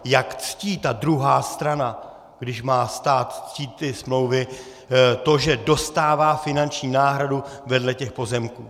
Jak ctí ta druhá strana, když má stát ctít ty smlouvy, to, že dostává finanční náhradu vedle těch pozemků?